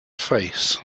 face